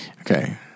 okay